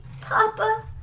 Papa